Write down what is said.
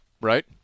right